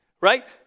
right